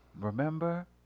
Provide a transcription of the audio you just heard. remember